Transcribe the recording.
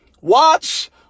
Watch